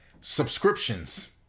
Subscriptions